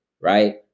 right